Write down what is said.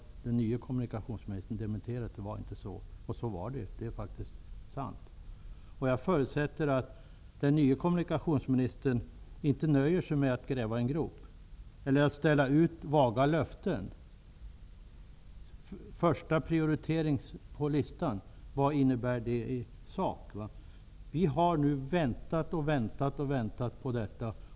Den nye kommunikationsministern har dementerat detta. Projektet var inte i gång, och det är faktiskt sant. Jag förutsätter att den nye kommunikationsministern inte nöjer sig med att gräva en grop eller att ställa ut vaga löften. Första prioritering på listan -- vad innebär det i sak? Vi har nu väntat och väntat på detta.